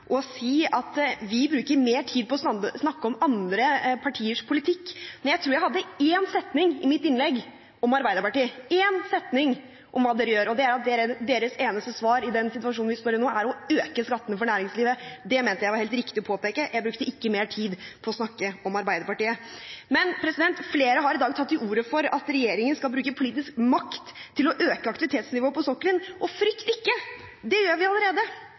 og si at vi bruker mer tid på å snakke om andre partiers politikk. Jeg tror jeg hadde én setning i mitt innlegg om Arbeiderpartiet – én setning om hva de gjør, og det var at deres eneste svar i den situasjonen vi står i nå, er å øke skattene for næringslivet. Det mente jeg var helt riktig å påpeke. Jeg brukte ikke mer tid på å snakke om Arbeiderpartiet. Men flere har i dag tatt til orde for at regjeringen skal bruke politisk makt til å øke aktivitetsnivået på sokkelen, og frykt ikke: Det gjør vi allerede.